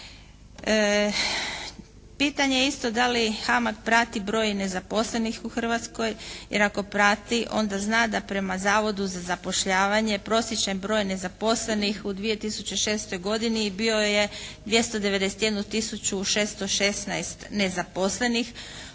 Pitanje je isto da li HAMAG prati broj nezaposlenih u Hrvatskoj. Jer ako prati onda zna da prema Zavodu za zapošljavanje prosječni broj nezaposlenih u 2006. godini bio je 291 tisuću 616 nezaposlenih.